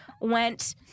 went